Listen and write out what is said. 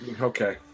Okay